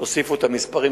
תוסיפו את המספרים,